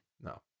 No